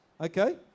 okay